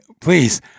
please